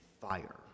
fire